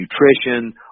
nutrition